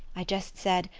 i just said,